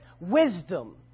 wisdom